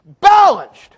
Balanced